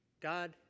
God